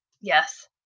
Yes